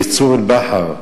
בצור-באהר,